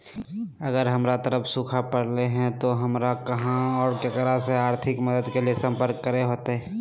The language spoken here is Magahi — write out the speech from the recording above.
अगर हमर तरफ सुखा परले है तो, हमरा कहा और ककरा से आर्थिक मदद के लिए सम्पर्क करे होतय?